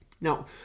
Now